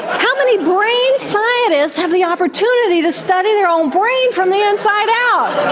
how many brain scientists have the opportunity to study their own brain from the inside out?